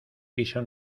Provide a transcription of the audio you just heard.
piso